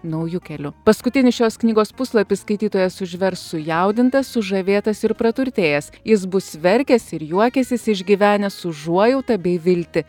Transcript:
nauju keliu paskutinius šios knygos puslapius skaitytojas užvers sujaudintas sužavėtas ir praturtėjęs jis bus verkęs ir juokęsis išgyvenęs užuojautą bei viltį